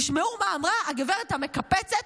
תשמעו מה אמרה הגברת המקפצת,